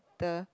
the